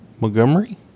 Montgomery